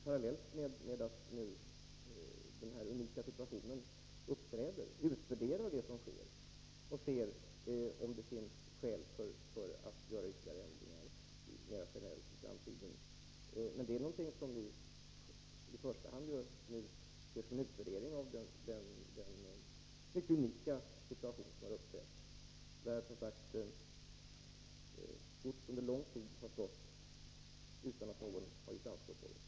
Parallellt med att den här unika situationen uppträder är det alldeles självklart att vi utvärderar det som sker och ser efter om det finns skäl att göra ytterligare ändring, mer generellt, i framtiden. Men det som nu görs ser vi i första hand som en utvärdering av den mycket unika situation som har uppträtt — där gods har stått under lång tid utan att någon gjort anspråk på det.